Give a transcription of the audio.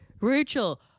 Rachel